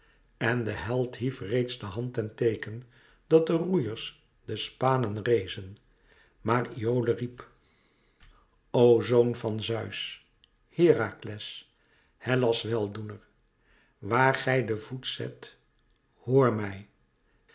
en de held hief reeds de hand ten teeken dat de roeiers de spanen rezen maar iole riep o zoon van zeus herakles hellas weldoener waar gij den voet zet hoor mij